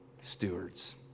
stewards